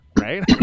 right